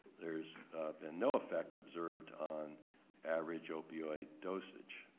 there's been no effect observed on average opioid dosage,